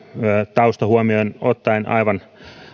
tausta huomioon ottaen aivan